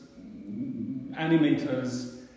animators